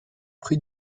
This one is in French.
prix